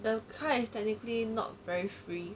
the car is technically not very free